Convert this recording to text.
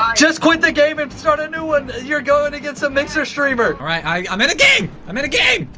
just quit the game and start a new one. you're going against a mixer streamer. all right i'm in a game! i'm in a game!